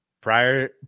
Prior